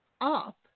up